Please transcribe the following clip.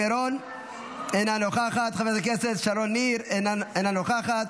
אינה נוכחת, חבר הכנסת ואליד אלהואשלה, אינו נוכח.